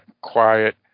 quiet